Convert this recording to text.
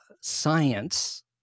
science